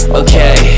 okay